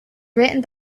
written